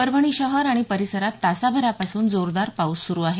परभणी शहर आणि परिसरात तासाभरापासून जोरदार पाऊस सुरू आहे